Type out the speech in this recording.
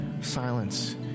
silence